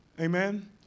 Amen